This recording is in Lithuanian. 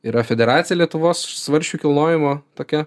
yra federacija lietuvos svarsčių kilnojimo tokia